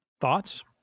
thoughts